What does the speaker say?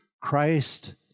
Christ